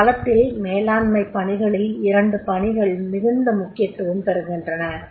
தற்காலத்தில் மேலாண்மைப் பணிகளில் இரண்டு பணிகள் மிகுந்த முக்கியத்துவம் பெறுகின்றன